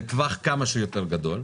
לטווח כמה שיותר גדול,